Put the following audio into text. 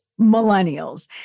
millennials